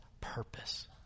purpose